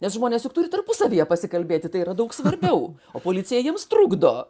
nes žmonės juk turi tarpusavyje pasikalbėti tai yra daug svarbiau o policija jiems trukdo